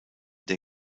der